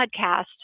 podcast